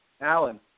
Alan